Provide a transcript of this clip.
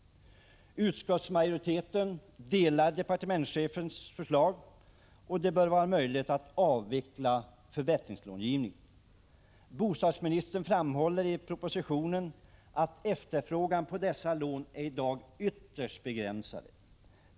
Utskottsmajoriteten menar att det bör vara möjligt att följa departementschefens förslag och avveckla förbättringslångivningen. Som bostadsministern framhåller i budgetpropositionen är efterfrågan på dessa lån ytterst begränsad.